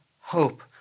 hope